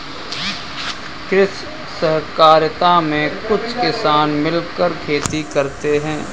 कृषि सहकारिता में कुछ किसान मिलकर खेती करते हैं